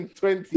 2020